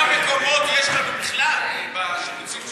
כמה מקומות יש לנו בכלל בשיבוצים שלך?